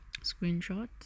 screenshot